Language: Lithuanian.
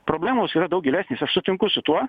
problemos yra daug gilesnis aš sutinku su tuo